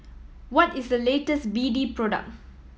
what is the latest B D product